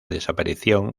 desaparición